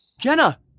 Jenna